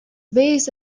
based